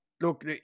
look